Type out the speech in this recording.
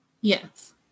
Yes